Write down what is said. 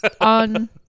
on